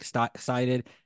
excited